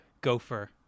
Gopher